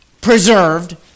Preserved